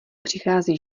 přichází